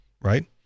right